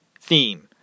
theme